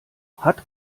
hat